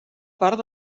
part